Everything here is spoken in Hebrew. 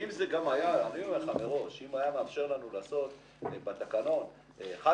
אני מבקש להצביע בעדן.